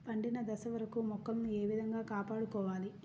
పండిన దశ వరకు మొక్కలను ఏ విధంగా కాపాడుకోవాలి?